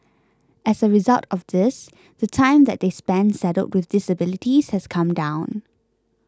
as a result of this the time that they spend saddled with disabilities has come down